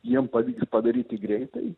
jiem pavyks padaryti greitai